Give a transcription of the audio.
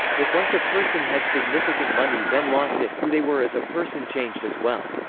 if once a person had significant money then lost it, who they were as a person changed as well.